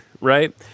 Right